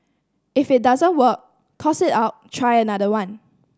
if it doesn't work toss it out try another one